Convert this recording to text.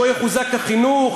שבו יחוזק החינוך,